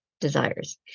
desires